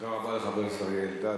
תודה לחבר הכנסת אריה אלדד,